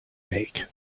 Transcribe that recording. make